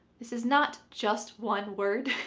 this is not just one word.